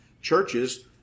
churches